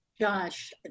Josh